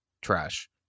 trash